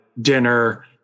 dinner